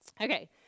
Okay